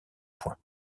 point